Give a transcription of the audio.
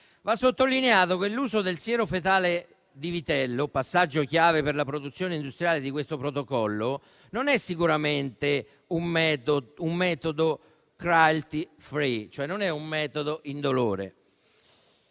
Va sottolineato che l'uso del siero fetale di vitello, passaggio chiave per la produzione industriale di questo protocollo, non è sicuramente un metodo *cruelty free*, cioè non è indolore